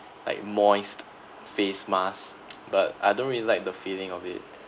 like moist face mask but I don't really like the feeling of it